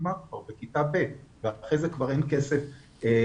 נגמר כבר בכיתה ב' ואחרי זה אין כבר כסף לתת.